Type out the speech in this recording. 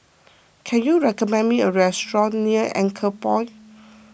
can you recommend me a restaurant near Anchorpoint